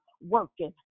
working